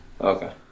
Okay